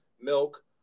milk